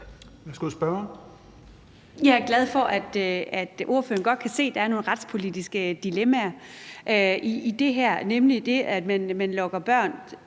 Jeg er glad for, at ordføreren godt kan se, at der er nogle retspolitiske dilemmaer i det her, nemlig det, at man lokker børn